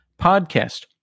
Podcast